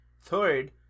Third